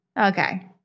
Okay